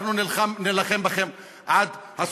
אנחנו נילחם בכם עד הסוף,